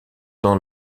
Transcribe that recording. dans